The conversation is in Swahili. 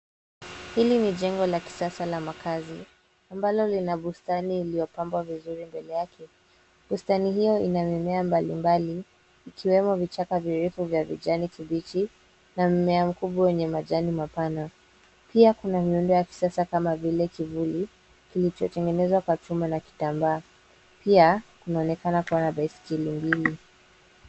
Hili ni jengo la kisasa la makazi ambalo lina bustani iliyopambwa vizuri mbele yake. Bustani hio ina mimea mbalimbali ikiwemo vichaka virefu vya vijani kibichi na mmea mkubwa wenye majani mapana. Pia kuna miundo ya kisasa kama vile kivuli kilichotengenezwa kwa chuma na kitambaa. Pia kunaonekana kuwa na baiskeli mbili.